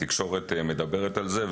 התקשורת מדברת על זה,